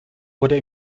wurde